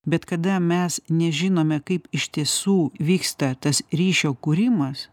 bet kada mes nežinome kaip iš tiesų vyksta tas ryšio kūrimas